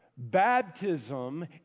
Baptism